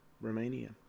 Romania